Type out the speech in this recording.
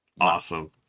Awesome